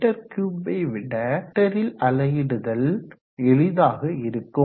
metre கியூப்பை விட லிட்டர்ல் அலகிடுதல் எளிதாக இருக்கும்